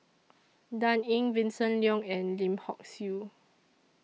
Dan Ying Vincent Leow and Lim Hock Siew